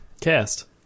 Cast